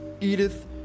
Edith